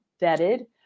vetted